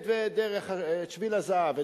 את שביל הזהב,